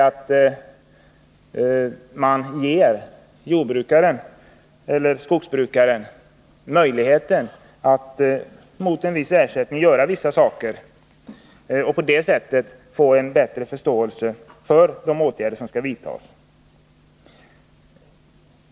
Man kan exempelvis ge jordbrukaren eller skogsbrukaren möjligheten att mot en viss ersättning göra vissa saker och på det sättet få en bättre förståelse för de åtgärder som skall vidtas.